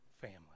family